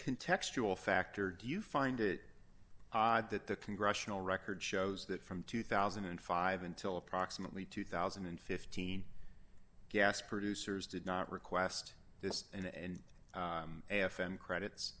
can textual factor do you find it odd that the congressional record shows that from two thousand and five until approximately two thousand and fifteen gas producers did not request this and f m credits